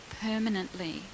permanently